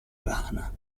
rana